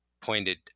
pointed